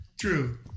True